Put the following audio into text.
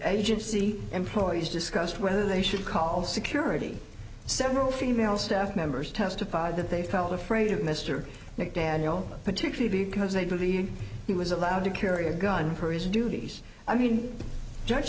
agency employees discussed whether they should call security several female staff members testified that they felt afraid of mr mcdaniel particularly because they believe he was allowed to carry a gun for his duties i mean judge